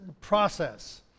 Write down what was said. process